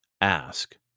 ask